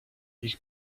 ich